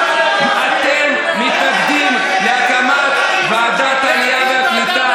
ואתם מתנגדים להקמת ועדת עלייה וקליטה.